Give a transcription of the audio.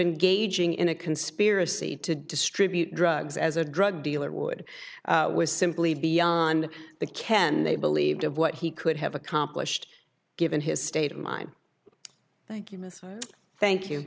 engaging in a conspiracy to distribute drugs as a drug dealer would was simply beyond the ken they believed of what he could have accomplished given his state of mind thank you must thank you